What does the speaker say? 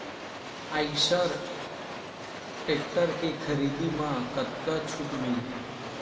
Eicher tractor के खरीदी म कतका छूट मिलही?